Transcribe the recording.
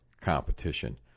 competition